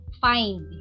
find